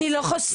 אני לא חוסמת.